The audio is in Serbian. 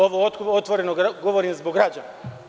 Ovo otvoreno govorim zbog građana.